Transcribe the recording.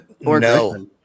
No